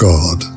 God